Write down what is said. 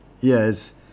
yes